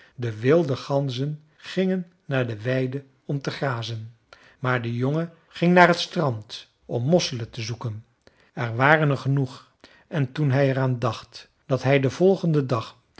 de wilde ganzen gingen naar de weide om te grazen maar de jongen ging naar het strand om mosselen te zoeken er waren er genoeg en toen hij er aan dacht dat hij den volgenden dag